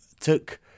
took